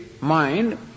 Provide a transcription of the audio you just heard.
mind